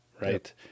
right